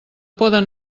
poden